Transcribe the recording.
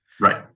Right